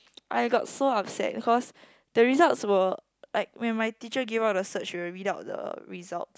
I got so upset cause the results were like when my teacher give out the cert she will read out the results